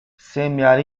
semear